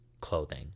clothing